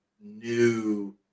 new –